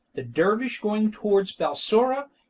the dervish going towards balsora,